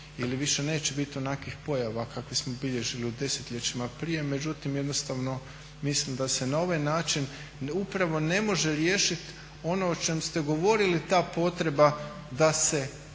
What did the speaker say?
ili više neće biti onakvih pojava kakve smo bilježili u desetljećima prije međutim jednostavno mislim da se na ovaj način upravo ne može riješiti ono o čemu ste govorili ta potreba da se